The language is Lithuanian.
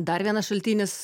dar vienas šaltinis